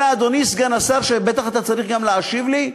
אלא, אדוני סגן השר, ובטח אתה צריך גם להשיב לי,